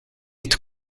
het